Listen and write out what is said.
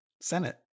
senate